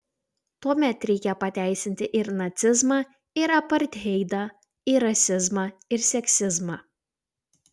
tuomet reikia pateisinti ir nacizmą ir apartheidą ir rasizmą ir seksizmą